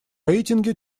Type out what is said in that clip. рейтинге